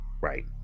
right